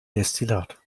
destillat